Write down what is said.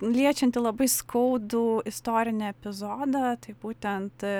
liečianti labai skaudų istorinį epizodą tai būtent